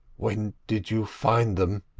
when did you find them?